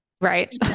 Right